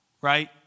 right